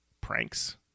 pranks